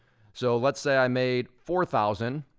so let's say i made four thousand,